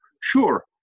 sure